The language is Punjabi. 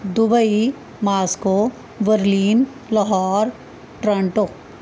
Dubai Moscow Berlin Lahore Toronto